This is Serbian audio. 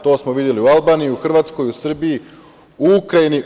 To smo videli u Albaniji, u Hrvatskoj, u Srbiji, u Ukrajini.